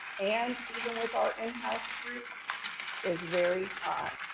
and even with our in house group is very high.